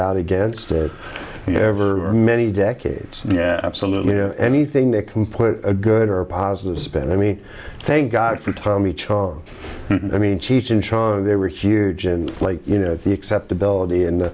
out against you ever many decades yeah absolutely anything that can put a good or a positive spin i mean thank god for tommy chong i mean cheech and chong they were huge and like you know the acceptability and